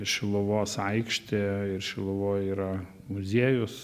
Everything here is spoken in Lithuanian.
šiluvos aikštė ir šiluvoj yra muziejus